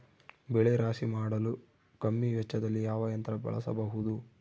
ಬೆಳೆ ರಾಶಿ ಮಾಡಲು ಕಮ್ಮಿ ವೆಚ್ಚದಲ್ಲಿ ಯಾವ ಯಂತ್ರ ಬಳಸಬಹುದು?